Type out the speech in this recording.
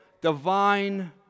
divine